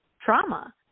trauma